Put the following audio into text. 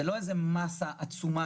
כך שלא מדובר במסה עצומה.